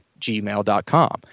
gmail.com